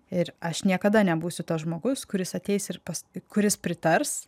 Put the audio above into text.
ir aš niekada nebūsiu tas žmogus kuris ateis ir paskui kuris pritars